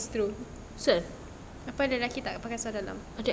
apa lelaki takde pakai seluar dalam